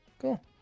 Cool